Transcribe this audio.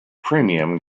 premium